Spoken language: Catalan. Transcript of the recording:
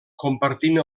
compartint